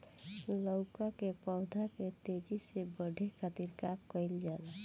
लउका के पौधा के तेजी से बढ़े खातीर का कइल जाला?